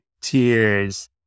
Tears